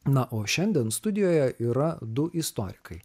na o šiandien studijoje yra du istorikai